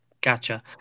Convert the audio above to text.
Gotcha